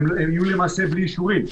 יהיו למעשה בלי אישורים.